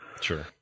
Sure